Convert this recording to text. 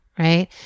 Right